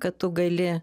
kad tu gali